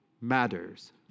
matters